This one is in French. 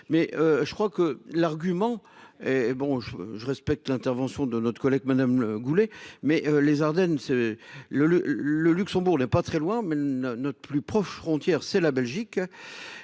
mais je crois que l'argument. Et bon je je respecte l'intervention de notre collègue Madame le goulet mais les Ardennes c'est le le le Luxembourg n'est pas très loin mais ne notre plus proche frontière c'est la Belgique